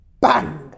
Bang